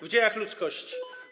w dziejach ludzkości.